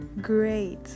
great